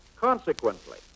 Consequently